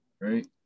Right